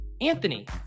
Anthony